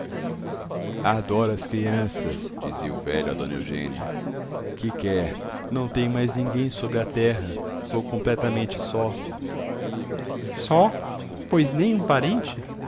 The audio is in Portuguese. adoro as crianças dizia o velho a dona eugênia que quer não tenho mais ninguém sobre a terra sou completamente só só pois nem um parente